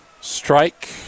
Strike